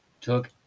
took